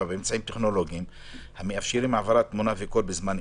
באמצעים טכנולוגיים המאפשרים העברת תמונה וקול בזמן אמת,